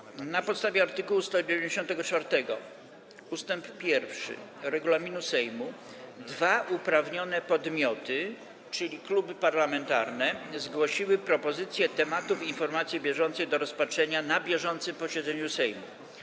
Na podstawie art. 194 ust. 1 regulaminu Sejmu dwa uprawnione podmioty, czyli kluby parlamentarne, zgłosiły propozycje tematów informacji bieżącej do rozpatrzenia na bieżącym posiedzeniu Sejmu.